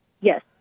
Yes